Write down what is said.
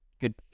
Good